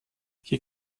hier